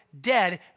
dead